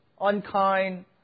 unkind